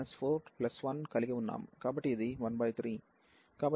కాబట్టి ఇది 13